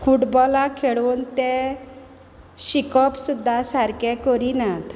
फुटबॉला खेळून ते शिकप सुद्दां सारकें करिनात